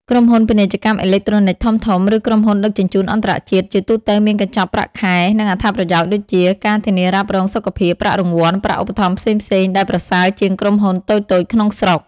ក្រុមហ៊ុន ពាណិជ្ជកម្មអេឡិចត្រូនិក ធំៗ ឬក្រុមហ៊ុនដឹកជញ្ជូនអន្តរជាតិ ជាទូទៅមានកញ្ចប់ប្រាក់ខែ និងអត្ថប្រយោជន៍ (ដូចជា ការធានារ៉ាប់រង សុខភាព ប្រាក់រង្វាន់ ប្រាក់ឧបត្ថម្ភផ្សេងៗ) ដែលប្រសើរជាងក្រុមហ៊ុនតូចៗក្នុងស្រុក។